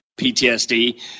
PTSD